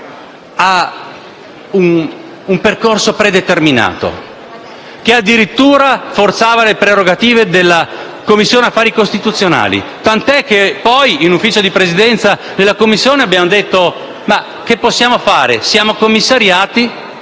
a un percorso predeterminato che, addirittura, forzava le prerogative della Commissione affari costituzionali. Tant'è che poi, in Ufficio di Presidenza della Commissione, ci siamo chiesti cosa potessimo fare, visto che eravamo